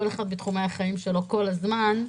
כל אחד בתחומי החיים שלו כל הזמן,